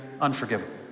unforgivable